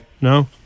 No